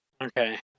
Okay